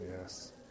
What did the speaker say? Yes